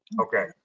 okay